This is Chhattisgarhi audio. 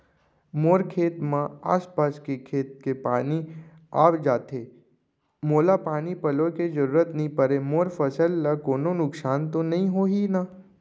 मोर खेत म आसपास के खेत के पानी आप जाथे, मोला पानी पलोय के जरूरत नई परे, मोर फसल ल कोनो नुकसान त नई होही न?